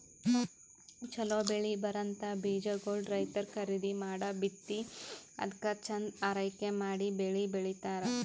ಛಲೋ ಬೆಳಿ ಬರಂಥ ಬೀಜಾಗೋಳ್ ರೈತರ್ ಖರೀದಿ ಮಾಡಿ ಬಿತ್ತಿ ಅದ್ಕ ಚಂದ್ ಆರೈಕೆ ಮಾಡಿ ಬೆಳಿ ಬೆಳಿತಾರ್